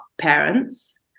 parents